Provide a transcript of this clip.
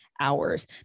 hours